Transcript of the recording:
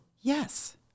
yes